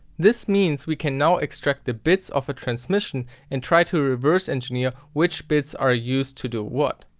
this means we can now extract the bits of a transmission and try to reverse engineer which bits are used to do what.